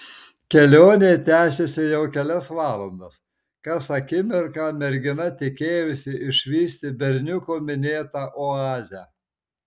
kelionė tęsėsi jau kelias valandas kas akimirką mergina tikėjosi išvysti berniuko minėtą oazę